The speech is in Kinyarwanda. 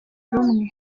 rumwe